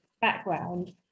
background